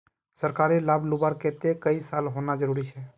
सरकारी लाभ लुबार केते कई साल होना जरूरी छे?